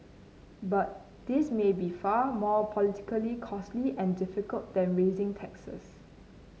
but this may be far more politically costly and difficult than raising taxes